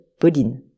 Pauline